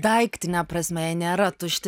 daiktine prasme nėra tušti